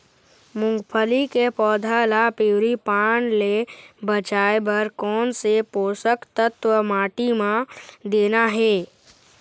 मुंगफली के पौधा ला पिवरी पान ले बचाए बर कोन से पोषक तत्व माटी म देना हे?